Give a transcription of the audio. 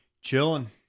Chilling